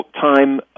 time